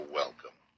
welcome